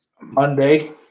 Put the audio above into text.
Monday